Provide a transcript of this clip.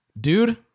Dude